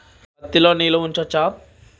పత్తి లో నీళ్లు ఉంచచ్చా?